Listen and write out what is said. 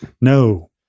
no